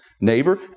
neighbor